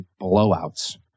blowouts